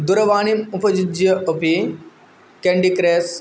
दूरवाणिम् उपयुज्य अपि candy crush